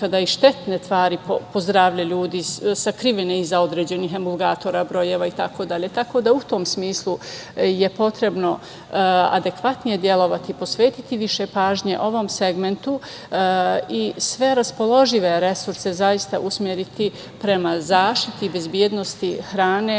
i štetne stvari po zdravlje ljudi, sakrivene iza određenih emulgatora, brojeva itd. Tako da je u tom smislu potrebno adekvatnije delovati, posvetiti više pažnje ovom segmentu i sve raspoložive resurse zaista usmeriti prema zaštiti, bezbednosti hrane